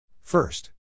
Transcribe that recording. First